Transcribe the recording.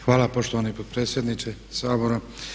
Hvala poštovani potpredsjedniče Sabora.